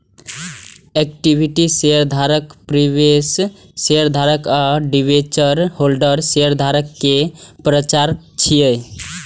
equity शेयरधारक, preference शेयरधारक आ डिवेंचर होल्डर शेयरधारक के प्रकार छियै